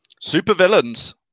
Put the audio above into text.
supervillains